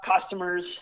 customers